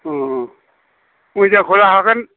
अ मोजांखौ लाखागोन